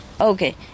Okay